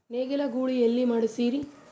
ನೇಗಿಲ ಗೂಳಿ ಎಲ್ಲಿ ಮಾಡಸೀರಿ?